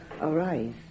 arise